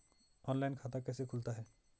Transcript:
Online खाता कैसे खुलता है?